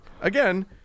again